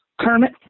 Kermit